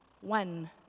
one